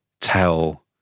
tell